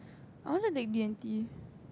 I also take D-and-T